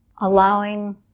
allowing